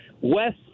west